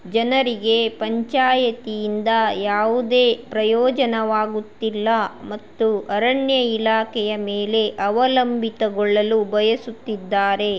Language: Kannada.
ಜನರಿಗೆ ಪಂಚಾಯತಿಯಿಂದ ಯಾವುದೇ ಪ್ರಯೋಜನವಾಗುತ್ತಿಲ್ಲ ಮತ್ತು ಅರಣ್ಯ ಇಲಾಖೆಯ ಮೇಲೆ ಅವಲಂಬಿತಗೊಳ್ಳಲು ಬಯಸುತ್ತಿದ್ದಾರೆ